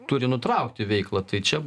turi nutraukti veiklą tai čia